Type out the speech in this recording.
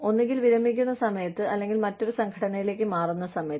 ഒന്നുകിൽ വിരമിക്കുന്ന സമയത്ത് അല്ലെങ്കിൽ മറ്റൊരു സംഘടനയിലേക്ക് മാറുന്ന സമയത്ത്